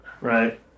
Right